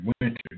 winter